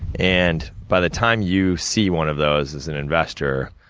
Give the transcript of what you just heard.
and, by the time you see one of those as an investor,